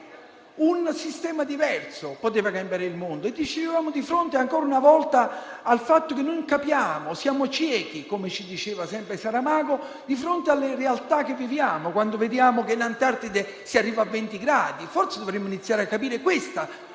un sistema diverso poteva cambiare il mondo. Ci troviamo di fronte ancora una volta al fatto che non capiamo, siamo ciechi, come diceva Saramago, di fronte alle realtà che viviamo: quando vediamo che in Antartide si arriva a 20 gradi, forse dovremmo iniziare a capire che questa